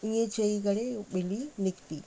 इएं चई करे ॿिली निकिती